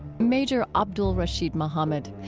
major abdul-rasheed muhammad.